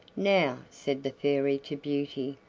now, said the fairy to beauty,